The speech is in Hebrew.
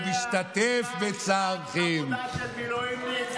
אנחנו לא דיברנו.